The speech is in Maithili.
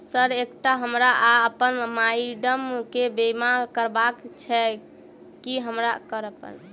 सर एकटा हमरा आ अप्पन माइडम केँ बीमा करबाक केँ छैय की करऽ परतै?